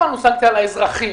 לקבוע סנקציה,